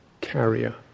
carrier